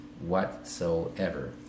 whatsoever